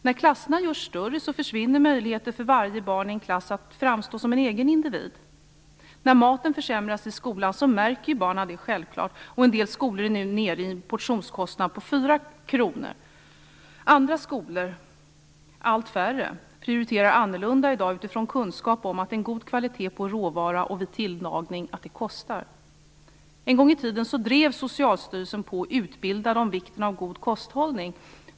När klasserna görs större försvinner möjligheter för varje barn i en klass att framstå som en egen individ. När maten försämras i skolan märker barnen självfallet det, och en del skolor är nu nere i en portionskostnad på 4 kr. Andra skolor, allt färre, prioriterar i dag annorlunda, utifrån kunskap om att en god kvalitet på råvara liksom tillagning kostar. En gång i tiden drev Socialstyrelsen på utbildning om vikten av god kosthållning.